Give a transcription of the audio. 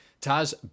Taz